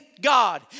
God